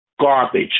garbage